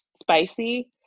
spicy